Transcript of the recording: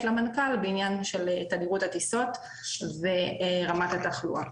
למנכ"ל בעניין של תדירות הטיסות ורמת התחלואה.